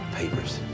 papers